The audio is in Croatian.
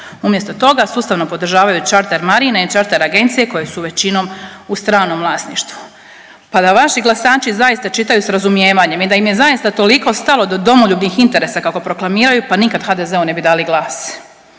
Umjesto toga, sustavno podržavaju charter marine i charter agencije koje su većinom u stranom vlasništvu. Pa da vaši glasači zaista čitaju s razumijevanjem i da im je zaista toliko stalo do domoljubnih interesa, kako proklamiraju, pa nikad HDZ-u ne bi dali glas.